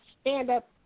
stand-up